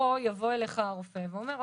פה יבוא אליך הרופא ואומר 'אוקיי,